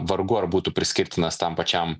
vargu ar būtų priskirtinas tam pačiam